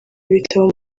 ibitabo